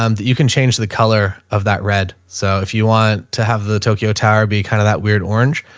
um that you can change the color of that red. so if you want to have the tokyo tower be kind of that weird orange,